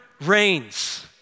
reigns